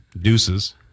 deuces